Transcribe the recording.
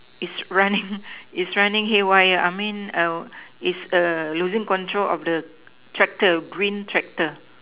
is running is running haywire I mean is losing control of the tractor green tractor